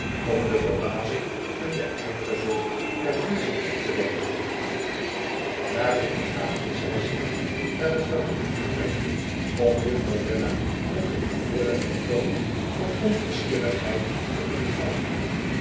om de verbazing en de ijverzucht der buren op te wekken daarop begaven zij zich naar het tfamilievertrek om jufiorouw bella met een behoorlijk vertoon van onverschiltigheid te ontvangen